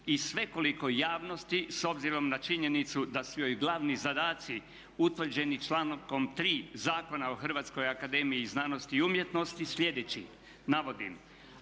i svekolikoj javnosti s obzirom na činjenicu da su joj glavni zadaci utvrđeni člankom 3. Zakonom o Hrvatskoj akademiji i umjetnosti sljedeći, navodim